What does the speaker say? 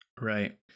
Right